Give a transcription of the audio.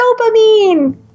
dopamine